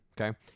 okay